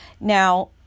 Now